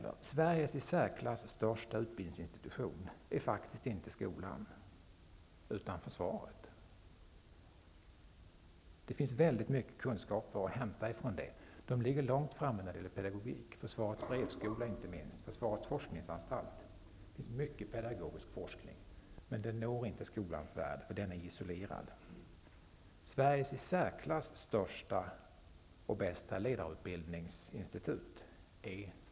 Skolan är faktiskt inte Sveriges i särklass största utbildningsinstitution, utan försvaret. Det finns mycket kunskaper att inhämta från försvaret. I försvaret ligger man långt framme när det gäller pedagogik. Det gäller inte minst försvarets brevskola och försvarets forskningsanstalt. Det finns mycket pedagogisk forskning som tyvärr ej når skolans värld, eftersom den är isolerad. Sveriges försvar har Sveriges i särklass största och bästa ledarutbildningsinstitut.